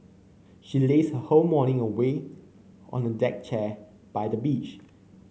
she lazed her whole morning away on a deck chair by the beach